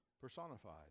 personified